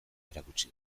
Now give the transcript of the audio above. erakutsi